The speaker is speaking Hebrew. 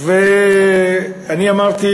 ואני אמרתי